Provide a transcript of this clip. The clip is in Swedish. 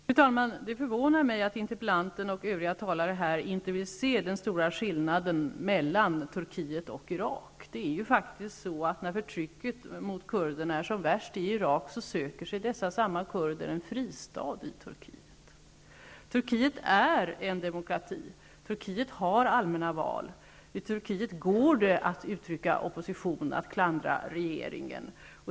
Fru talman! Det förvånar mig att interpellanten och övriga talare inte vill se den stora skillnaden mellan Turkiet och Irak. Faktum är ju att när förtrycket mot kurderna är som värst i Irak söker sig dessa samma kurder en fristad i Turkiet. Turkiet är en demokrati. Turkiet har allmänna val. I Turkiet går det att uttrycka opposition, att klandra regeringen.